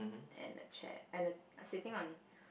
and a chair and the sitting on